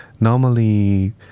normally